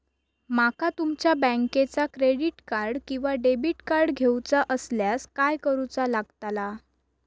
माका तुमच्या बँकेचा क्रेडिट कार्ड किंवा डेबिट कार्ड घेऊचा असल्यास काय करूचा लागताला?